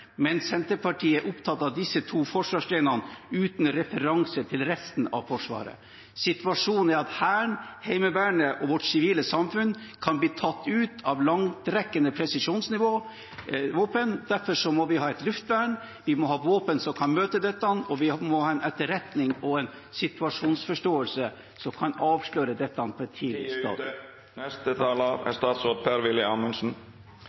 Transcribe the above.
men Senterpartiet er opptatt av disse to forsvarsgrenene uten referanse til resten av Forsvaret. Situasjonen er at Hæren, Heimevernet og vårt sivile samfunn kan bli tatt ut av langtrekkende presisjonsvåpen. Derfor må vi ha et luftvern, vi må ha våpen som kan møte dette, og vi må ha en etterretning og en situasjonsforståelse som kan avsløre dette på et tidlig